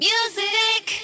Music